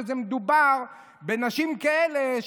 כשמדובר בנשים כאלה,